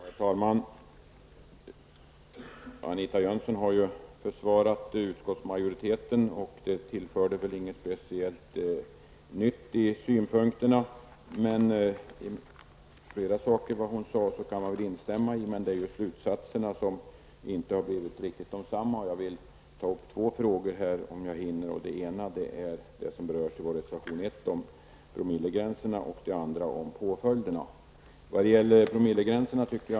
Herr talman! Anita Jönsson har försvarat utskottsmajoriteten. De synpunkterna tillförde inte något nytt. Man kan väl instämma i flera av de saker hon sade. Men slutsatserna har inte blivit riktigt densamma. Jag vill ta upp två frågor. Den ena frågan gäller promilleregeln som berörs i reservation 1, och den andra frågan gäller påföljderna.